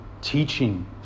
teaching